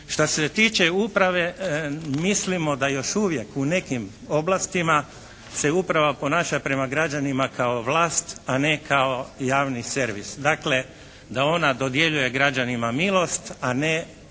Što se tiče uprave mislimo da još uvijek u nekim oblastima se uprava ponaša prema građanima kao vlast, a ne kao javni servis. Dakle, da ona dodjeljuje građanima milost, a ne